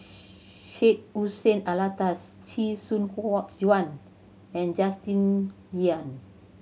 Syed Hussein Alatas Chee Soon Juan and Justin Lean